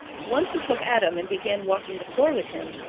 once he took adam and began walking the floor with him,